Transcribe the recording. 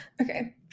Okay